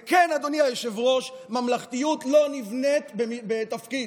וכן, אדוני היושב-ראש, ממלכתיות לא נבנית בתפקיד,